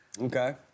Okay